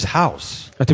house